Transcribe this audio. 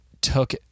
took